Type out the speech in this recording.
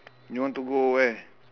you want to go where